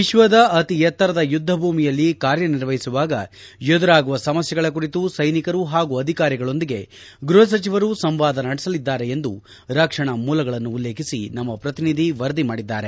ವಿಶ್ವದ ಅತಿ ಎತ್ತರದ ಯುದ್ದ ಭೂಮಿಯಲ್ಲಿ ಕಾರ್ಯನಿರ್ವಹಿಸುವಾಗ ಎದುರಾಗುವ ಸಮಸ್ಥೆಗಳ ಕುರಿತು ಸ್ಲೆನಿಕರು ಹಾಗೂ ಅಧಿಕಾರಿಗಳೊಂದಿಗೆ ಗ್ಲಹಸಚಿವರು ಸಂವಾದ ನಡೆಸಲಿದ್ಗಾರೆ ಎಂದು ರಕ್ಷಣಾ ಮೂಲಗಳನ್ನು ಉಲ್ಲೇಖಿಸಿ ನಮ್ನ ಪ್ರತಿನಿಧಿ ವರದಿ ಮಾಡಿದ್ದಾರೆ